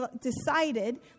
decided